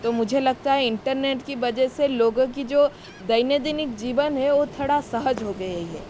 तो मुझे लगता है इंटरनेट की वजह से लोगों का जो दैन्य दैनिक जीवन है ओ थोड़ा सहज हो गए है